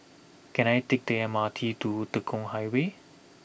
can I take the M R T to Tekong Highway